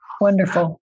wonderful